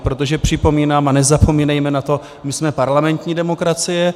Protože připomínám, a nezapomínejme na to, my jsme parlamentní demokracie.